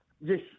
Yes